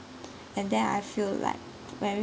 and then I feel like very